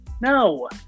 No